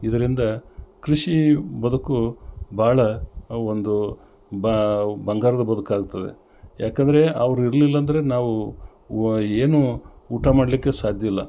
ಇದರಿಂದ ಕೃಷಿ ಬದುಕು ಭಾಳ ಆ ಒಂದು ಬಂಗಾರದ ಬದುಕಾಗ್ತದೆ ಯಾಕಂದರೆ ಅವ್ರು ಇರಲಿಲ್ಲ ಅಂದರೆ ನಾವು ವ ಏನೋ ಊಟ ಮಾಡಲಿಕ್ಕೆ ಸಾಧ್ಯವಿಲ್ಲ